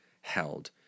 held